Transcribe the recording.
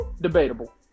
Debatable